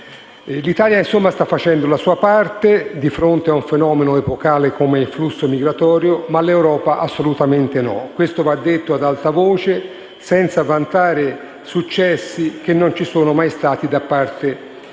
insomma, sta facendo la sua parte di fronte a un fenomeno epocale come il flusso migratorio, ma l'Europa assolutamente no. Questo va detto ad alta voce, senza vantare successi che non ci sono mai stati da parte del